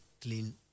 clean